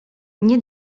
nie